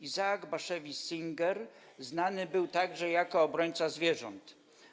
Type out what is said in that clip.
Isaac Bashevis Singer znany był także jako obrońca zwierząt.